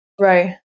right